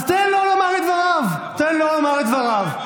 אז תן לו לומר את דבריו.